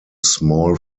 small